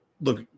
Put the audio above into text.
Look